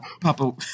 Papa